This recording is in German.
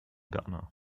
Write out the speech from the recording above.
ghana